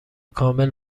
کامل